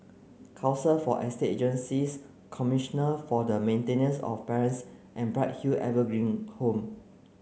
Council for Estate Agencies Commissioner for the Maintenance of Parents and Bright Hill Evergreen Home